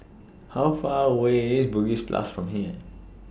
How Far away IS Bugis Plus from here